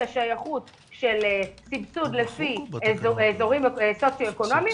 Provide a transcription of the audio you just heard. השייכות של סבסוד לפי אזורים סוציואקונומיים,